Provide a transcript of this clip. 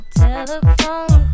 telephone